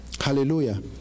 Hallelujah